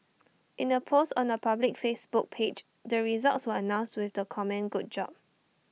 in A post on her public Facebook page the results were announced with the comment good job